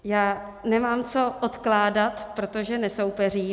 Já nemám co odkládat, protože nesoupeřím.